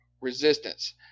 resistance